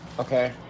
Okay